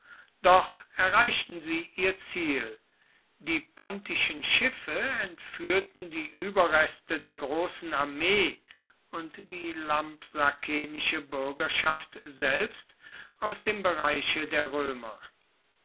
doch erreichten sie ihr ziel die pontischen schiffe entführten die überreste der großen armee und die lampsakenische bürgerschaft selbst aus dem bereiche der römer